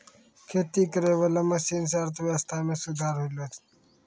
खेती करै वाला मशीन से अर्थव्यबस्था मे सुधार होलै